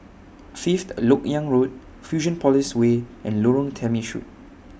Fifth Lok Yang Road Fusionopolis Way and Lorong Temechut